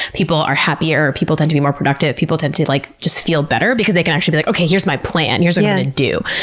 people are happier. people tend to be more productive. people tend to like just feel better because they can actually be like, okay, here's my plan, here's what i'm going to do.